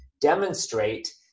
demonstrate